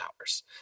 hours